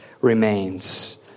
remains